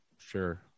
sure